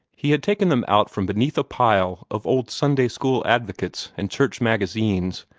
he had taken them out from beneath a pile of old sunday-school advocates and church magazines,